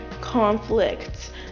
conflicts